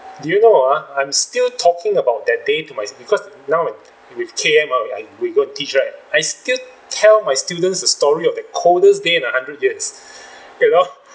do you know uh I'm still talking about that day to my because now and with K_M uh we I we go and teach right I still tell my students the story of the coldest day in a hundred years you know